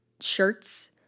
shirts